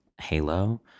halo